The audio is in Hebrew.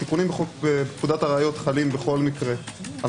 התיקונים בחוק פקודת הראיות חלים בכל מקרה על